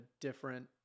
different